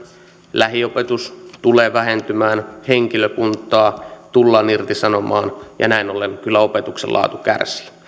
lähiopetus tulee vähentymään henkilökuntaa tullaan irtisanomaan ja näin ollen kyllä opetuksen laatu kärsii